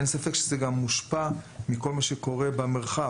אין ספק שזה גם מושפע מכל מה שקורה במרחב,